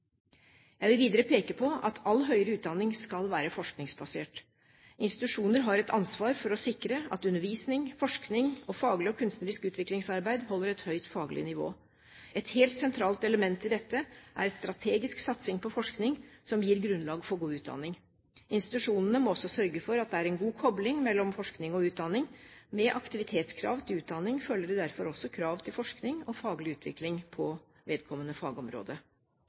Jeg vil videre peke på at all høyere utdanning skal være forskningsbasert. Institusjoner har et ansvar for å sikre at undervisning, forskning og faglig og kunstnerisk utviklingsarbeid holder et høyt faglig nivå. Et helt sentralt element i dette er strategisk satsing på forskning som gir grunnlag for god utdanning. Institusjonene må også sørge for at det er en god kobling mellom forskning og utdanning. Med aktivitetskrav til utdanning følger det derfor også krav til forskning og faglig utvikling på vedkommende fagområde.